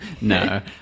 no